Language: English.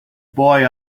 boy